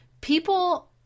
people